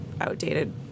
outdated